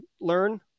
learn